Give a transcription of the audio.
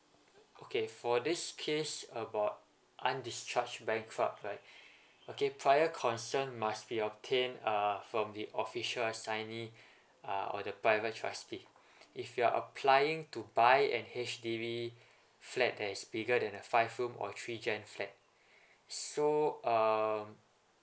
okay for this case about undischarged bankrupt right okay prior concern must be obtained uh from the official assignee uh or the private trustee if you're applying to buy a H_D_B flat that is bigger than a five room or three gen flat so um